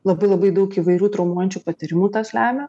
labai labai daug įvairių traumuojančių patyrimų tas lemia